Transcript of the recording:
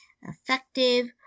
effective